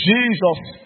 Jesus